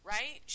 Right